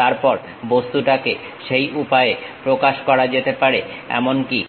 তারপর বস্তুটাকে সেই উপায়ে প্রকাশ করা যেতে পারে এমনকি